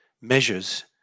measures